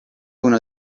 uno